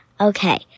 Okay